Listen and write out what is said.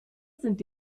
sind